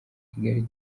kigali